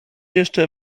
jeszcze